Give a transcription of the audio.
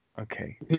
Okay